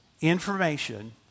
information